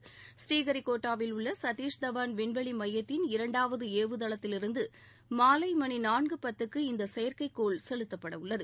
பூரீஹரிகோட்டாவில் உள்ள சத்தீஷ்தவான் விண்வெளி மையத்தின் இரண்டாவது ஏவுதளத்திலிருந்து மாலை மணி நான்கு பத்துக்கு இந்த செயற்கைக்கோள் செலுத்தப்பட உள்ளது